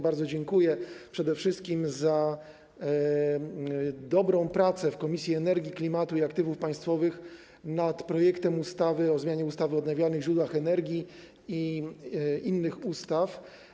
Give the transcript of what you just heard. Bardzo dziękuję przede wszystkim za dobrą pracę w Komisji do Spraw Energii, Klimatu i Aktywów Państwowych nad projektem ustawy o zmianie ustawy o odnawialnych źródłach energii i innych ustaw.